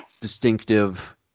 distinctive